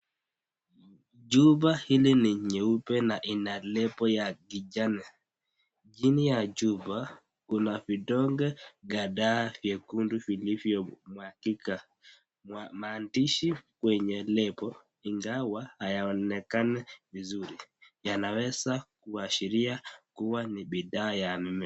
Chupa hili ni nyeupe na ina lebo ya kijani, chini ya chuoa kuna vidonge kadhaa nyekundu vilivyo mwagika, maandishi kwenye labo ingawa hayaonekani vizuri, yanaweza kuashiria kuwa ni bidhaa ya meno.